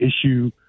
issue